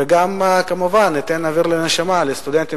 וגם כמובן ייתן אוויר לנשימה לסטודנטים